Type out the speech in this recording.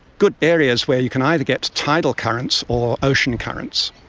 good areas where you can either get tidal currents or ocean currents.